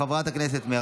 לא